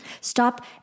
Stop